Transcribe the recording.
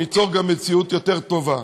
ניצור גם מציאות יותר טובה.